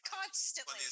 Constantly